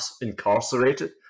incarcerated